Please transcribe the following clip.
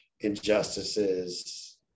injustices